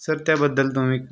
sir त्याबद्दल तुम्ही